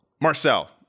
Marcel